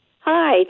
Hi